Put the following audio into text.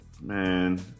Man